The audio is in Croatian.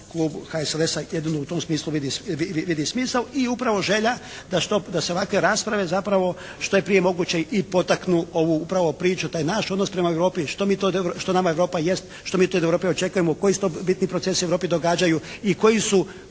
klub HSLS-a jedino u tom smislu vidi smisao. I upravo želja da se ovakve rasprave zapravo što je prije moguće i potaknu ovu upravo priču, taj naš odnos prema Europi, što nama Europa jest, što mi od te Europe očekujemo, koji se to bitni procesi u Europi događaju i koji su